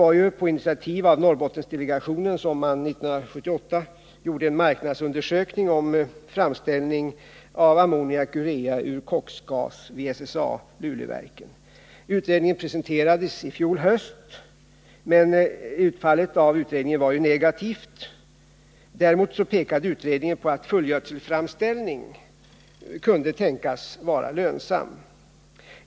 Det var på initiativ av Norrbottendelegationen som man 1978 gjorde en marknadsundersökning om framställning av ammoniak och urea ur koksgas vid SSAB Luleverken. Utredningen presenterades i fjol höst, men utfallet av den var negativt. Däremot pekade utredningen på att fullgödselframställning kunde tänkas vara lönsam.